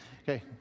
Okay